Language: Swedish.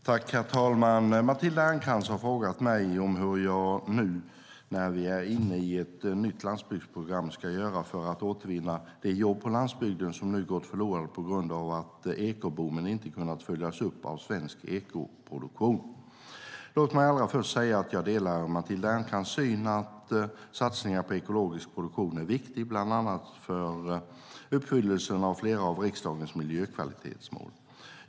Herr talman! Matilda Ernkrans har frågat mig om hur jag nu när vi är inne i ett nytt landsbygdsprogram ska göra för att återvinna de jobb på landsbygden som har gått förlorade på grund av att ekoboomen inte har kunnat följas upp av svensk ekoproduktion. Låt mig allra först säga att jag delar Matilda Ernkrans syn att satsningar på ekologisk produktion är viktiga, bland annat för uppfyllelsen av flera av riksdagens miljökvalitetsmål.